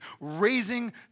raising